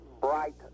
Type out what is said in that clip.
bright